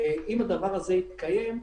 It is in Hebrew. אם הדבר הזה יתקיים,